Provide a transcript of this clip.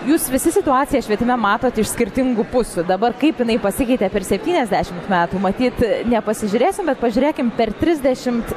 jūs visi situaciją švietime matot iš skirtingų pusių dabar kaip jinai pasikeitė per septyniasdešimt metų matyt nepasižiūrėsim bet pažiūrėkim per trisdešimt